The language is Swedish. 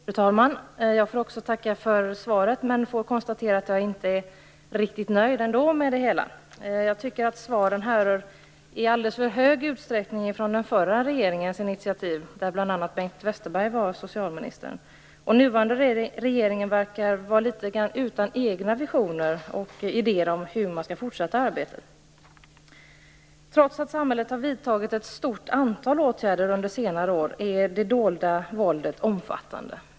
Fru talman! Även jag tackar för svaret, men konstaterar att jag inte är riktigt nöjd med det. Jag tycker att svaren i alldeles för stor utsträckning härrör från den förra regeringens initiativ - den regering där Bengt Westerberg var socialminister. Den nuvarande regeringen verkar vara litet grand utan egna visioner och idéer om hur arbetet skall fortsättas. Trots att samhället har vidtagit ett stort antal åtgärder under senare år är det dolda våldet omfattande.